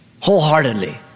wholeheartedly